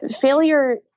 Failure